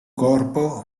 corpo